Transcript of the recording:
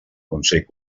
consell